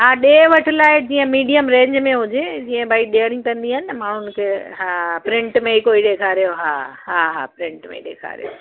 हा ॾिए वठ लाइ जीअं मीडियम रेंज में हुजे जीअं भई ॾेअणी कंदी आहिनि न माण्हुनि खे हा प्रिंट में कोई ॾेखारियो हा हा हा प्रिंट में ॾेखारियो